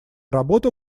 работа